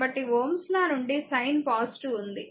కాబట్టి Ω's లా నుండి సైన్ ఉంది